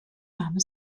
warme